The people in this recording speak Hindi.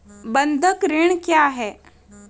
बंधक ऋण क्या है?